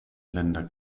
länder